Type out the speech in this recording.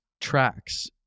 tracks